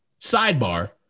sidebar